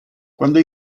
quando